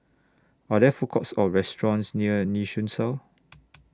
Are There Food Courts Or restaurants near Nee Soon South